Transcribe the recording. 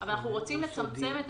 אבל אנחנו רוצים לצמצם את